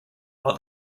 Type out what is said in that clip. while